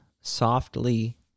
softly